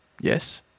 Yes